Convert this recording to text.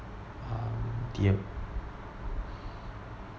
um the